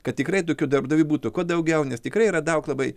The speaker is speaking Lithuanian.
kad tikrai tokių darbdavių būtų kuo daugiau nes tikrai yra daug labai